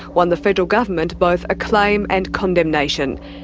won the federal government both acclaim and condemnation.